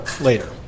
later